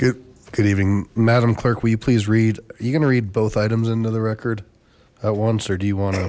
good good evening madam clerk we please read you're gonna read both items into the record at once or do you want